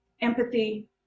empathy